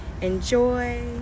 enjoy